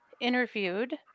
interviewed